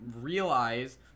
realize